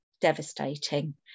devastating